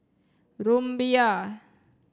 Rumbia